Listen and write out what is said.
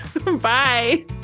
Bye